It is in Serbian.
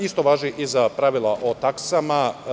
Isto važi i za pravila o taksama.